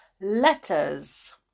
letters